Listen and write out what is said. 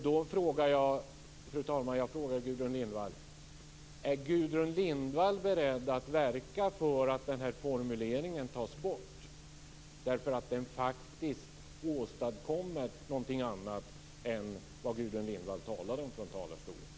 Då frågar jag Gudrun Lindvall: Är Gudrun Lindvall beredd att verka för att den här formuleringen tas bort, därför att den faktiskt åstadkommer något annat än det som Gudrun Lindvall talade om från talarstolen?